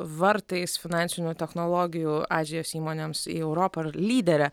vartais finansinių technologijų azijos įmonėms į europą ir lydere